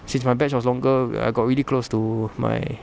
since my batch was longer I got really close to my